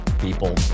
people